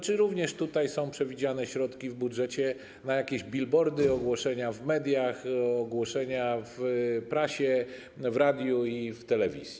Czy również tutaj są przewidziane środki w budżecie na jakieś bilbordy, ogłoszenia w mediach, ogłoszenia w prasie, w radiu i w telewizji?